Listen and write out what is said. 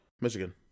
Michigan